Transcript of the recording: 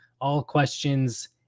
all-questions